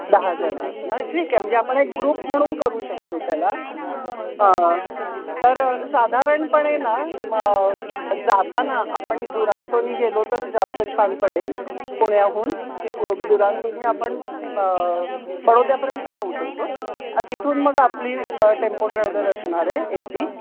दहा जण आत ना ठीक आहे म्हणजे आपण एक ग्रुप म्हणून करू शकतो त्याला हां हां तर साधारणपणे ना मग जाताना आपण दुरांतोनी गेलो तर जास्त छान पडेल पुण्याहून दुरांतोनी आपण बडोद्यापर्यंत जाऊ शकतो तिथून मग आपली ब टेम्पो ट्रॅवलर असणार आहे ए सी